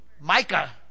Micah